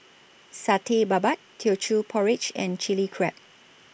Satay Babat Teochew Porridge and Chili Crab